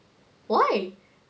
why